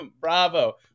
Bravo